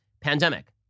pandemic